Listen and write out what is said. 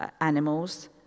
animals